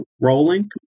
rolling